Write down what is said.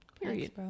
period